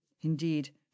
Indeed